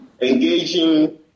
engaging